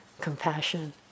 compassion